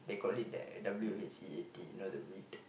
they call it that W H E A T you know the wheat